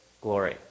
glory